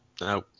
No